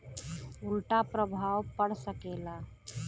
उल्टा प्रभाव पड़ सकेला